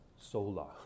sola